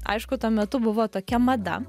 aišku tuo metu buvo tokia mada